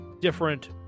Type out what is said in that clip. different